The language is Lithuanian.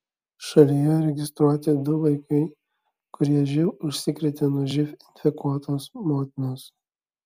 šalyje registruoti du vaikai kurie živ užsikrėtė nuo živ infekuotos motinos